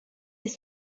des